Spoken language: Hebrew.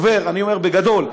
אני אומר בגדול,